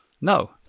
No